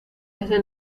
desde